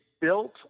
built